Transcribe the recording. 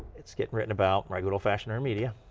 it's getting written about by good old fashioned media.